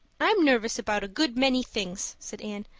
i'm nervous about a good many things, said anne,